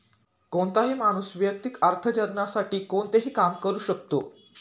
कोणताही माणूस वैयक्तिक अर्थार्जनासाठी कोणतेही काम करू शकतो